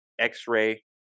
X-ray